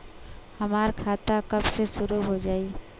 हमार खाता कब से शूरू हो जाई?